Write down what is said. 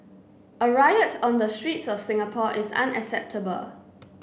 a riot on the streets of Singapore is unacceptable